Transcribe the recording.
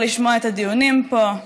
לא לשמוע את הדיונים פה,